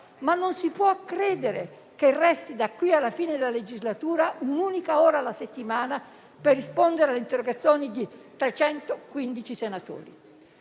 non si può credere che resti, da qui alla fine della legislatura, un'unica ora alla settimana per rispondere alle interrogazioni di 315 senatori.